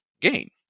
gain